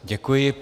Děkuji.